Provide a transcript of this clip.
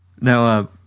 Now